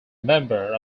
member